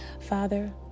father